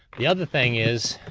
the other thing is,